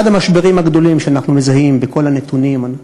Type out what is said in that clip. אחד המשברים הגדולים שאנחנו מזהים בכל הנתונים,